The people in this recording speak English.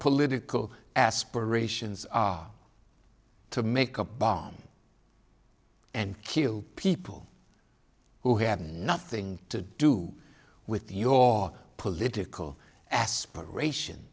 political aspirations are to make a bomb and kill people who have nothing to do with your political aspiration